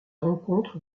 rencontre